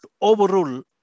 overrule